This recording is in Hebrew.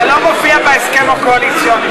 זה לא מופיע בהסכם הקואליציוני.